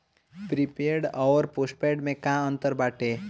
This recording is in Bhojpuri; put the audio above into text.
प्रीपेड अउर पोस्टपैड में का अंतर बाटे?